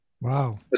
Wow